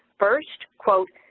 first, quote,